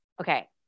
Okay